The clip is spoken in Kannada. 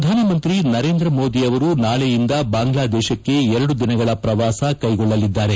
ಪ್ರಧಾನಮಂತ್ರಿ ನರೇಂದ್ರ ಮೋದಿ ನಾಳೆಯಿಂದ ಬಾಂಗ್ಲಾದೇಶಕ್ಕೆ ಎರಡು ದಿನಗಳ ಪ್ರವಾಸ ಕೈಗೊಳ್ಳಲಿದ್ದಾರೆ